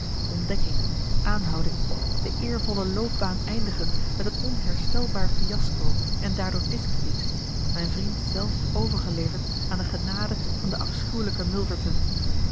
handelwijze ontdekking aanhouding de eervolle loopbaan eindigend met een onherstelbaar fiasco en daardoor discrediet mijn vriend zelf overgeleverd aan de genade van den afschuwelijken milverton